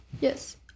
Yes